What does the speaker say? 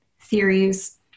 theories